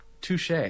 touche